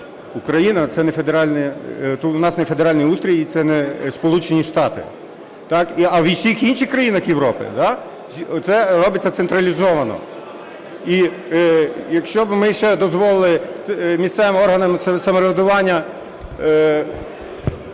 у нас не федеральний устрій і це не Сполучені Штати, а в усіх інших країнах Європи це робиться централізовано. І якщо б ми ще дозволили місцевим органам самоврядування